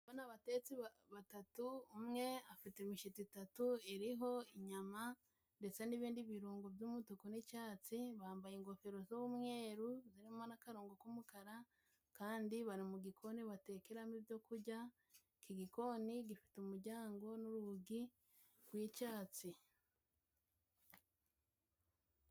Ndabona abatetsi batatu. Umwe afite imishito itatu iriho inyama ndetse n'ibindi birungo by'umutuku n'icyatsi. Bambaye ingofero z'umweru, zirimo n'akarongo k'umukara kandi bari mu gikoni batekeramo ibyo kurya. Iki gikoni gifite umujyango n'urugi rw'icyatsi.